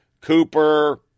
Cooper